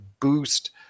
boost